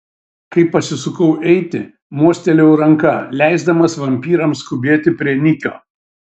kai pasisukau eiti mostelėjau ranka leisdamas vampyrams skubėti prie nikio